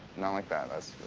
not like that. that's